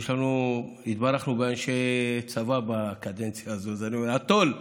התברכנו באנשי צבא בקדנציה הזאת, התו"ל ידוע,